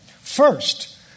First